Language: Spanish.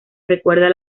recuerda